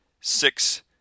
six